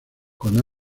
con